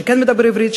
שכן מדבר עברית,